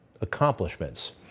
accomplishments